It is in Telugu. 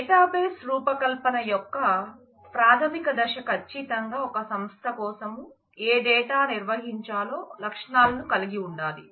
డేటాబేస్ రూపకల్పన యొక్క ప్రాథమిక దశ ఖచ్చితంగా ఒక సంస్థ కోసం ఏ డేటా నిర్వహించాలో లక్షణాలను కలిగి ఉండాలి